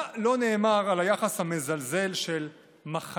מה לא נאמר על היחס המזלזל של מחנה